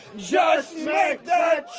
yeah ah say that